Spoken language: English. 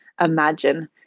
imagine